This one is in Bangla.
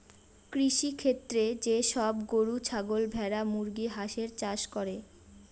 কৃষিক্ষেত্রে যে সব গরু, ছাগল, ভেড়া, মুরগি, হাঁসের চাষ করে